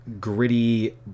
gritty